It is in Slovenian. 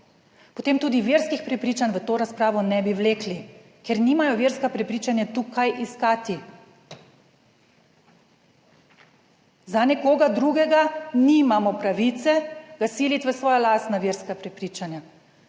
potem tudi verskih prepričanj v to razpravo ne bi vlekli, ker nimajo verska prepričanja tu kaj iskati. Za nekoga drugega nimamo pravice ga siliti v svoja lastna verska prepričanja,